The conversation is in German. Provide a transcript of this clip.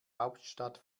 hauptstadt